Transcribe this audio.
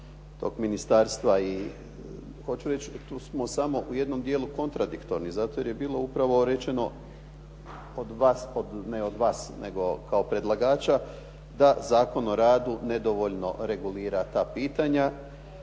tog ministarstva i, hoću reći tu smo samo u jednom dijelu kontradiktorni zato jer je bilo upravo rečeno, od vas, ne od vas, nego kao predlagača da Zakon o radu nedovoljno regulira ta pitanja